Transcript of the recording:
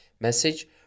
message